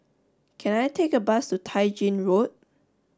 can I take a bus to Tai Gin Road